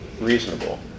reasonable